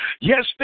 Yes